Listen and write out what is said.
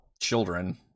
children